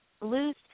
loose